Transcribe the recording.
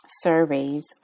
surveys